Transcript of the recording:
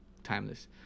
Timeless